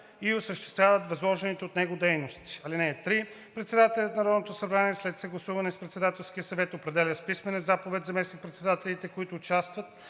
и осъществяват възложените от него дейности. (3) Председателят на Народното събрание, след съгласуване с Председателския съвет, определя с писмена заповед заместник-председателите, които участват